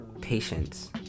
patience